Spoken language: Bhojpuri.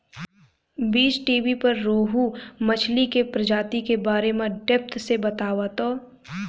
बीज़टीवी पर रोहु मछली के प्रजाति के बारे में डेप्थ से बतावता